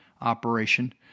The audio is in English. operation